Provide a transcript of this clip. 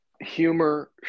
humor